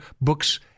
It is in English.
books